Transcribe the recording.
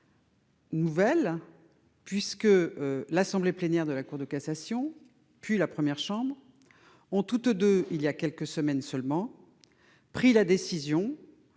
nouvelle, puisque l'assemblée plénière de la Cour de cassation puis la première chambre ont toutes deux, voilà seulement quelques semaines, pris la décision